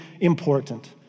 important